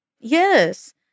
Yes